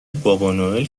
بابانوئل